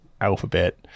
Alphabet